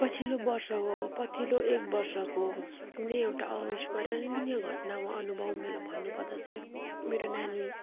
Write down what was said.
पछिल्लो वर्षको पछिल्लो एक वर्षको कुनै एउटा अविस्मरणीय घटनाको अनुभव भन्नु पर्दा चाहिँ मेरो नानी